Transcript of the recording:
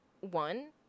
one